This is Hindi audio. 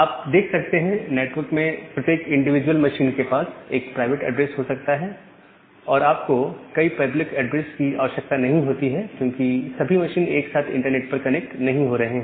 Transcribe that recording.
आप देख सकते हैं कि नेटवर्क में प्रत्येक इंडिविजुअल मशीन के पास एक प्राइवेट एड्रेस हो सकता है और आपको कई पब्लिक ऐड्रेस की आवश्यकता नहीं होती क्योंकि सभी मशीन एक साथ इंटरनेट पर कनेक्ट नहीं हो रहे हैं